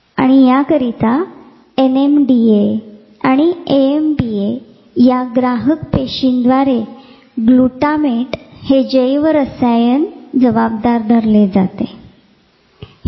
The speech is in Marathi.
आणि याकरिता N M D A आणि A M P A या ग्राहकपेशीद्वारे ग्लुटामेट हे जैवरसायन याकरिता जबाबदार धरले जाते